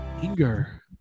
Anger